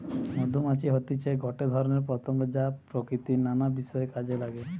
মধুমাছি হতিছে গটে ধরণের পতঙ্গ যা প্রকৃতির নানা বিষয় কাজে নাগে